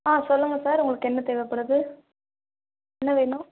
ஆ சொல்லுங்கள் சார் உங்களுக்கு என்ன தேவைப்படுது என்ன வேணும்